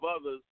others